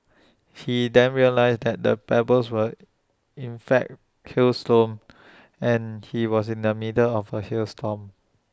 he then realised that the pebbles were in fact hailstones and he was in the middle of A hail storm